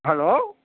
hello